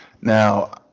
Now